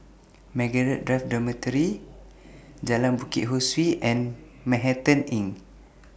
Margaret Drive Dormitory Jalan Bukit Ho Swee and Manhattan Inn